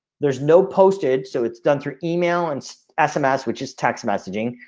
there's no posted so it's done through email and ss, which is text messaging.